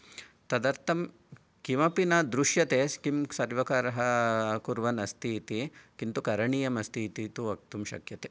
तदर्थं किमपि न दृश्यते किं सर्वकारः कुर्वन् अस्ति इति किन्तु करणीयम् अस्ति इति तु वक्तुं शक्यते